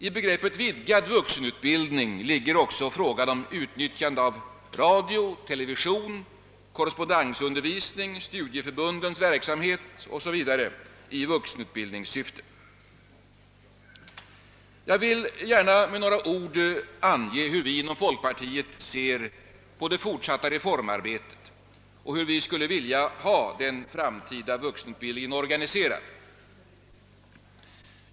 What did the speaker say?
I begreppet vidgad vuxenutbildning ligger även ett utnyttjande av radio, television, korrespondensunder Jag vill gärna med några ord ange hur vi inom folkpartiet ser på det fortsatta reformarbetet och hur vi skulle vilja ha den framtida vuxenutbildningen organiserad.